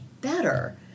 better